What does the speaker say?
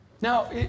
Now